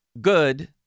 good